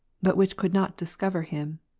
but which could not discover him.